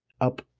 up